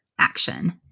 action